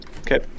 okay